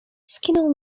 skinął